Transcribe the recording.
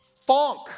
funk